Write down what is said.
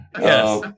Yes